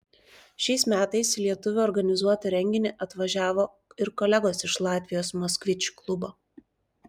šiais metais į lietuvių organizuotą renginį atvažiavo ir kolegos iš latvijos moskvič klubo